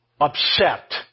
Upset